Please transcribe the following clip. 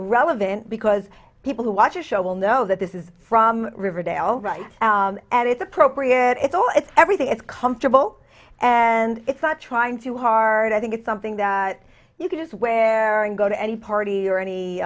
relevant because people who watch your show will know that this is from riverdale right and it's appropriate it's all it's everything it's comfortable and it's not trying too hard i think it's something that you can just wear and go to any party or any